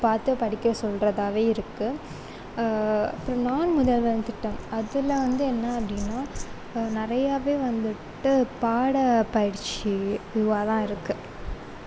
பார்த்து படிக்க சொல்கிறதாவே இருக்கு அப்புறம் நான் முதல்வன் திட்டம் அதில் வந்து என்ன அப்படீன்னா நிறையவே வந்துவிட்டு பாட பயிற்சி இதுவாக தான் இருக்கு